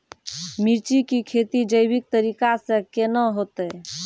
मिर्ची की खेती जैविक तरीका से के ना होते?